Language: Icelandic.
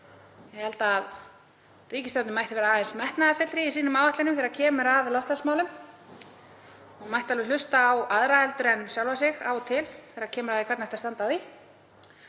Ég held að ríkisstjórnin ætti að vera aðeins metnaðarfyllri í áætlunum sínum þegar kemur að loftslagsmálum og mætti alveg hlusta á aðra en sjálfa sig af og til þegar kemur að því hvernig ætti að standa að því.